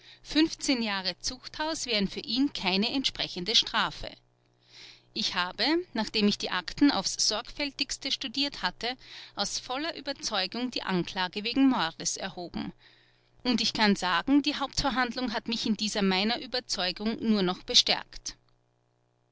jahre zuchthaus wären für ihn keine entsprechende strafe ich habe nachdem ich die akten aufs sorgfältigste studiert hatte aus voller überzeugung die anklage wegen mordes erhoben und ich kann sagen die hauptverhandlung hat mich in dieser meiner überzeugung nur noch bestärkt